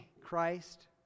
Christ